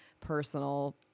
personal